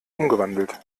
umgewandelt